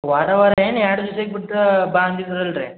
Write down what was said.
ವಾರ ವಾರ ಏನು ಎರ್ಡು ದಿವ್ಸಕ್ಕೆ ಬಿಟ್ಟು ಬಾ ಅಂದಿದ್ದು ಅಲ್ಲಾ ರೀ